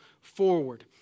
forward